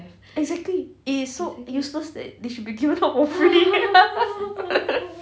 exactly it is so useless that they should be given out for free